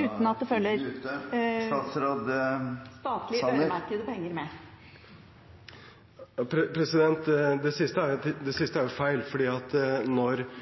uten at det følger statlig øremerkede penger med. Det siste er feil, for når kommunene får flere oppgaver – og jeg mener at